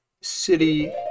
City